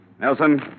Nelson